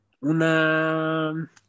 Una